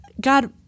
God